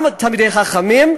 גם תלמידי חכמים,